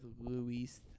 Luis